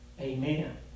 Amen